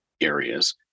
areas